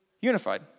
unified